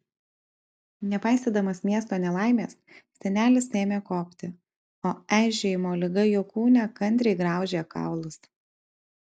nepaisydamas miesto nelaimės senelis ėmė kopti o eižėjimo liga jo kūne kantriai graužė kaulus